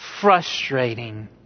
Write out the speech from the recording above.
frustrating